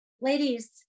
Ladies